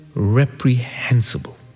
Reprehensible